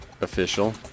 official